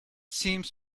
seems